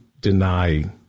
deny